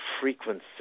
frequency